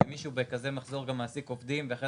שמישהו בכזה מחזור גם מעסיק עובדים ואחרי